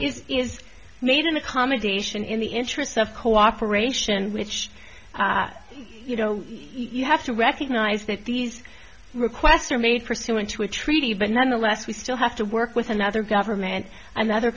is made an accommodation in the interests of cooperation which you know you have to recognize that these requests are made pursuant to a treaty but nonetheless we still have to work with another government another